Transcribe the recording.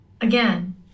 again